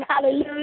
Hallelujah